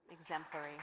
exemplary